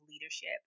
leadership